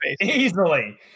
easily